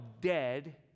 dead